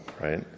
right